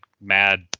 mad